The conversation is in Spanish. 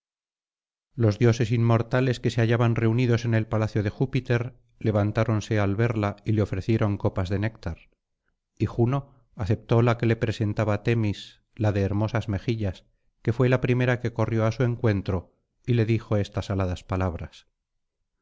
los dioses inmortales que se hallaban reunidos en el palacio de júpiter levantáronse al verla y le ofrecieron copas de néctar y juno aceptó la que le presentaba temis la de hermosas mejillas que fué la primera que corrió á su encuentro y le dijo estas aladas palabras